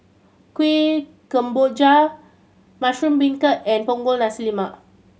Kuih Kemboja mushroom beancurd and Punggol Nasi Lemak